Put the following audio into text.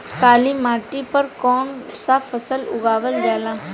काली मिट्टी पर कौन सा फ़सल उगावल जाला?